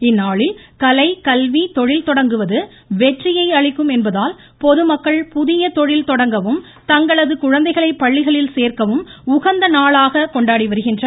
இந்நாளில் கலை கல்வி தொழில் தொடங்குவது வெற்றியை அளிக்கும் என்பதால் பொதுமக்கள் புதிய தொழில் தொடங்கவும் தங்களது குழந்தைகளை பள்ளிகளில் சேர்க்கவும் உகந்த நாளாக கொண்டாடி வருகின்றனர்